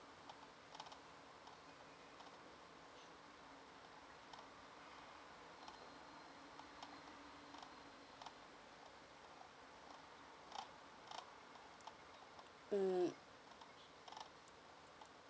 mm